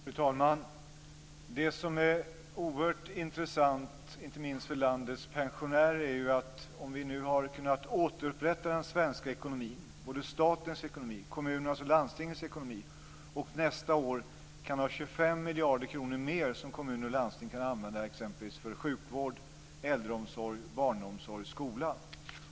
Fru talman! Det som är oerhört intressant inte minst för landets pensionärer är att vi nu har kunnat återupprätta den svenska ekonomin - både statens, kommunernas och landstingens ekonomi - och att kommuner och landsting nästa år kan använda 25 miljarder kronor mer exempelvis för sjukvård, äldreomsorg, barnomsorg och skola.